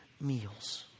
meals